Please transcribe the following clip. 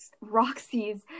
Roxy's